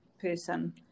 person